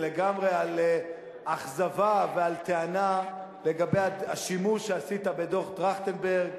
ולגמרי על אכזבה ועל טענה לגבי השימוש שעשית בדוח-טרכטנברג,